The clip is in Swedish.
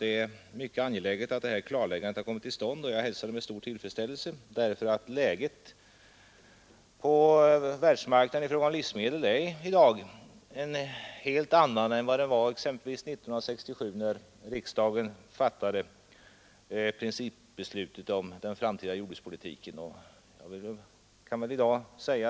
Det är mycket angeläget att detta klarläggande kommit till stånd, och jag hälsar det med stor tillfredsställelse. Läget på världsmarknaden i fråga om livsmedel är i dag ett helt annat än det var exempelvis år 1967 när riksdagen fattade sitt beslut om den framtida jordbrukspolitiken.